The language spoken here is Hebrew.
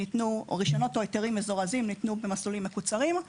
או היתרים מזורזים ניתנו במסלולים מקוצרים.